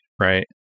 right